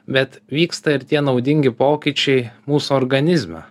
bet vyksta ir tie naudingi pokyčiai mūsų organizme